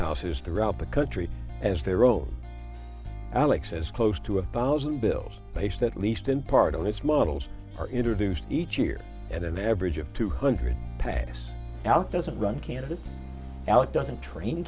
houses throughout the country as their own alex is close to a thousand bills based at least in part on his models are introduced each year and an average of two hundred pages out doesn't run candidates al it doesn't train